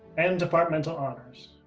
and departmental honors.